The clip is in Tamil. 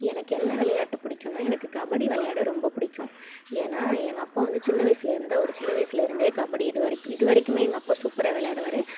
எனக்கு என்ன விளையாட்டு பிடிக்குன்னா எனக்கு கபடி விளையாட ரொம்ப பிடிக்கும் ஏன்னா எங்கள் அப்பா வந்து சின்ன வயசுலேருந்து அவர் சின்ன வயசுலேருந்தே கபடி இது வரைக் இது வரைக்குமே எங்கள் அப்பா சூப்பராக விளையாடுவாரு